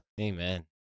amen